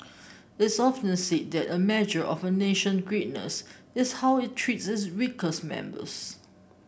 it's often said that a measure of a nation greatness is how it treats its weakest members